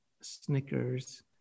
Snickers